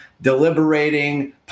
deliberating